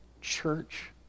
church